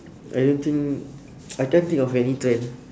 I don't think I can't think of any trend